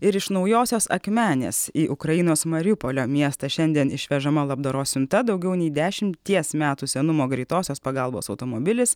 ir iš naujosios akmenės į ukrainos mariupolio miestą šiandien išvežama labdaros siunta daugiau nei dešimties metų senumo greitosios pagalbos automobilis